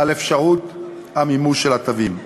על אפשרות המימוש של התווים.